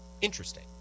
Interesting